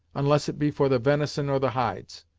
unless it be for the venison or the hides.